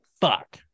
Fuck